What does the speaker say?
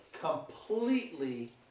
Completely